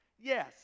Yes